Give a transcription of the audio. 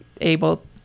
able